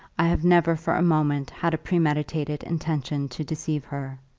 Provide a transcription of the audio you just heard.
i have never for a moment had a premeditated intention to deceive her.